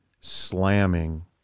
slamming